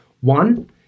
One